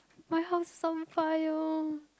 my house on fire